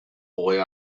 boy